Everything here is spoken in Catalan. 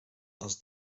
els